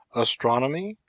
astronomy,